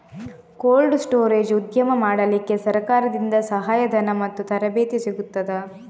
Cold storage ಉದ್ಯಮ ಮಾಡಲಿಕ್ಕೆ ಸರಕಾರದಿಂದ ಸಹಾಯ ಧನ ಮತ್ತು ತರಬೇತಿ ಸಿಗುತ್ತದಾ?